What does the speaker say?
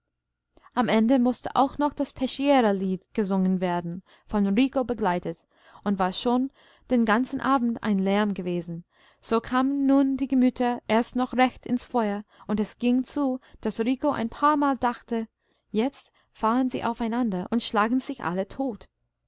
am ende mußte auch noch das peschiera lied gesungen werden von rico begleitet und war schon den ganzen abend ein lärm gewesen so kamen nun die gemüter erst noch recht ins feuer und es ging zu daß rico ein paarmal dachte jetzt fahren sie aufeinander und schlagen sich alle tot